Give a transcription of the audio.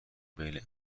بین